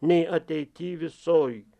nei ateity visoj